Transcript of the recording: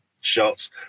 shots